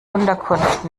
unterkunft